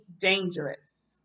dangerous